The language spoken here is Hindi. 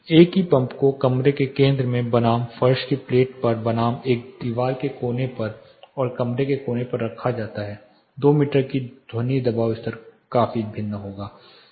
एक ही पंप को कमरे के केंद्र में बनाम फर्श की प्लेट पर बनाम एक दीवार के कोने पर और कमरे के कोने पर रखा जाता है 2 मीटर पर ध्वनि दबाव का स्तर काफी भिन्न होता है